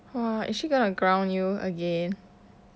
!wah! is she going to ground you again